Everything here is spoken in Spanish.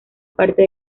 parte